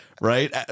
right